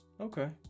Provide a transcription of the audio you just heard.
okay